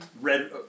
Red